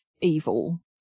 evil